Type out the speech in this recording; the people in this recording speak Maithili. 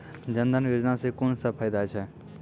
जनधन योजना सॅ कून सब फायदा छै?